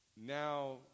Now